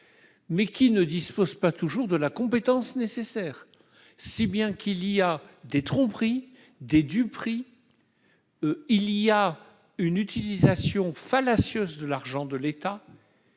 mais ne disposent pas toujours de la compétence nécessaire, si bien qu'il y a des tromperies, des duperies, une utilisation fallacieuse de l'argent de l'État